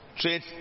trade